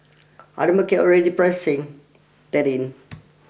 are the market already pricing that in